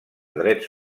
drets